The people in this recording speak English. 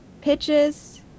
Pitches